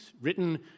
written